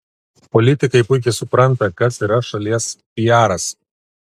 politikai puikiai supranta kas yra šalies piaras